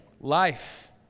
life